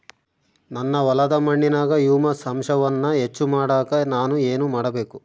ನನ್ನ ಹೊಲದ ಮಣ್ಣಿನಾಗ ಹ್ಯೂಮಸ್ ಅಂಶವನ್ನ ಹೆಚ್ಚು ಮಾಡಾಕ ನಾನು ಏನು ಮಾಡಬೇಕು?